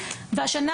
והשנה,